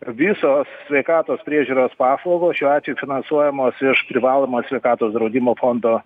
visos sveikatos priežiūros paslaugos šiuo atveju finansuojamos iš privalomojo sveikatos draudimo fondo